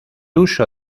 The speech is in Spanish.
uso